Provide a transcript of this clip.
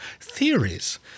theories